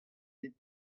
dit